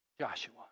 Joshua